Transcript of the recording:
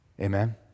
Amen